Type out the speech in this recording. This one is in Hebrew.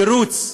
"תירוץ",